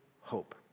hope